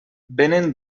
vénen